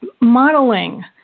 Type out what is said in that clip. modeling